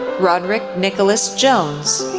roderick nicholas jones,